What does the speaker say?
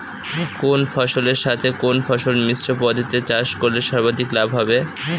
কোন ফসলের সাথে কোন ফসল মিশ্র পদ্ধতিতে চাষ করলে সর্বাধিক লাভ হবে?